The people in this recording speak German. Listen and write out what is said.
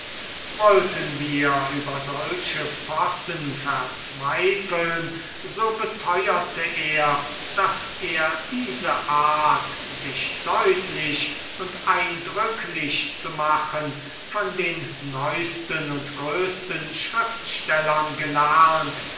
wollten wir über solche possen verzweifeln so beteuerte er daß er diese art sich deutlich und eindrücklich zu machen von den neusten und größten schriftstellern gelernt